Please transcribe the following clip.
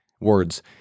words